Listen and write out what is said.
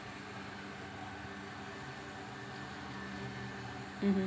mmhmm